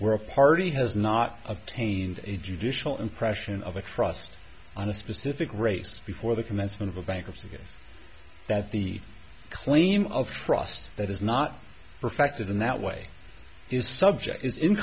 where a party has not obtained a judicial impression of a trust on a specific race before the commencement of bankruptcy that the claim of trust that is not perfected in that way is subject is in